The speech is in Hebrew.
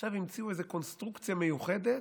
עכשיו המציאו איזה קונסטרוקציה מיוחדת,